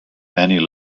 annie